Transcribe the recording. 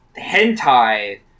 hentai